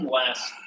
last